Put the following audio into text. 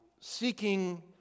seeking